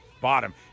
bottom